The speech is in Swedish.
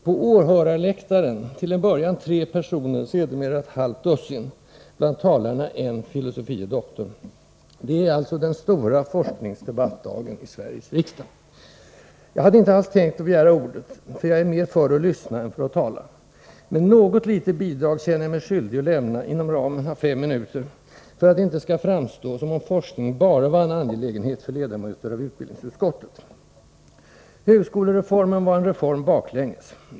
På åhörarläktaren fanns till en början tre personer, sedermera ett halvt dussin. Bland talarna: en filosofie doktor. I dag är det alltså den stora forskningsdebattdagen i Sveriges riksdag. Jag hade inte alls tänkt att begära ordet, eftersom jag är mer för att lyssna än för att tala. Men något litet bidrag känner jag mig skyldig att lämna, inom ramen av fem minuter, för att det inte skall framstå som om forskning bara var en angelägenhet för ledamöter av utbildningsutskottet. Högskolereformen var en ”reform” baklänges.